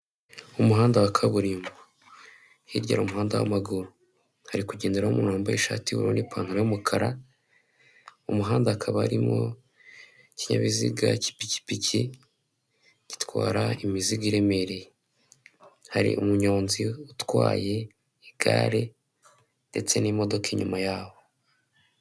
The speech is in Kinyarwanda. Umuhanda wa kaburimbo, hirya hariho umuhanda w'amaguru, hari kugenderamo umuntu wambaye ishati y'umweru n'ipantaro y'umukara, umuhanda hakaba harimo ikinyabiziga cy'ipikipiki gitwara imizigo iremereye, hari umunyonzi utwaye igare ndetse n'imodoka inyuma yaho.